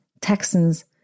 Texans